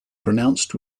pronounced